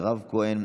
מירב כהן,